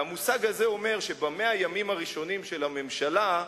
והמושג הזה אומר שב-100 הימים הראשונים של הממשלה,